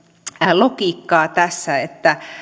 logiikkaa tässä